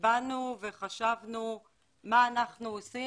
באנו וחשבנו מה אנחנו עושים.